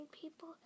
people